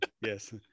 yes